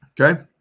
Okay